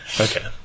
Okay